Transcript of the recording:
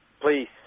Please